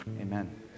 amen